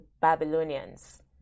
Babylonians